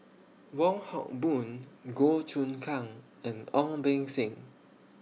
Wong Hock Boon Goh Choon Kang and Ong Beng Seng